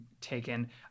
taken